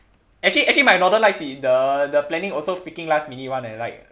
actually actually my northern lights is the the planning also freaking last minute [one] eh like